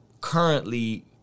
currently